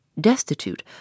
destitute